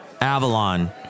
Avalon